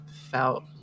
felt